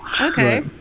Okay